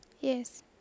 yes